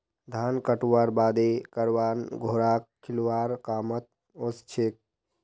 धान कुटव्वार बादे करवान घोड़ाक खिलौव्वार कामत ओसछेक